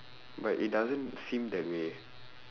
but it doesn't seem that way